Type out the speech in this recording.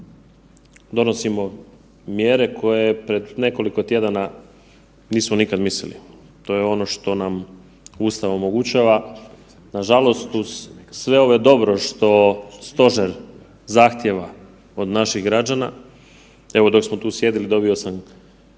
donosimo mjere koje pred nekoliko tjedana nismo nikada mislili. To je ono što nam Ustav omogućava. Nažalost uz sve ovo dobro što stožer zahtjeva od naših građana, evo dok smo tu sjedili dobio sam